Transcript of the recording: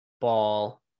Ball